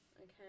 Okay